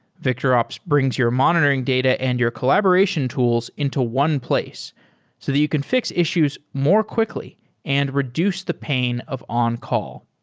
victorops brings your monitoring data and your collaboration tools into one place so that you can fix issues more quickly and reduce the pain of on-call.